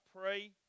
pray